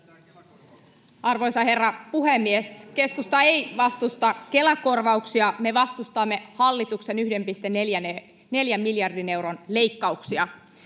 Arvoisa herra puhemies! Keskusta ei vastusta Kela-korvauksia, me vastustamme hallituksen 1,4 miljardin euron leikkauksia.